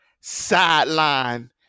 sideline